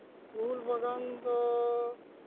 ᱩᱞ ᱵᱟᱜᱟᱱ ᱫᱚ